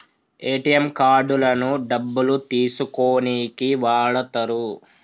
ATM కార్డులను డబ్బులు తీసుకోనీకి వాడతరు